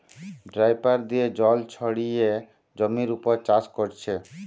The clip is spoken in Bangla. ড্রাইপার দিয়ে জল ছড়িয়ে জমির উপর চাষ কোরছে